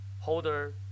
holder